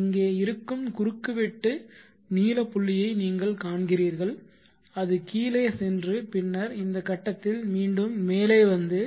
இங்கே இருக்கும் குறுக்குவெட்டு நீல புள்ளியை நீங்கள் காண்கிறீர்கள் அது கீழே சென்று பின்னர் இந்த கட்டத்தில் மீண்டும் மேலே வந்து